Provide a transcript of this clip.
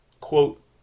quote